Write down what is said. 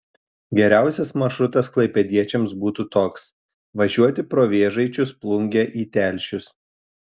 geriausias maršrutas klaipėdiečiams būtų toks važiuoti pro vėžaičius plungę į telšius